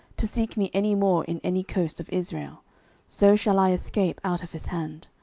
to seek me any more in any coast of israel so shall i escape out of his hand.